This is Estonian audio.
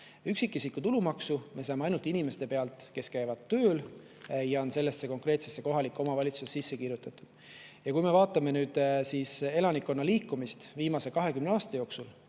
Üksikisiku tulumaksu me saame ainult inimestelt, kes käivad tööl ja on sellesse konkreetsesse kohalikku omavalitsusse sisse kirjutatud. Aga kui me vaatame elanikkonna liikumist viimase 20 aasta jooksul,